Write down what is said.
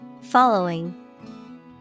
Following